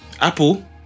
Apple